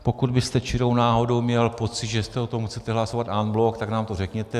Pokud byste čirou náhodou měl pocit, že o tom chcete hlasovat en bloc, tak nám to řeknete.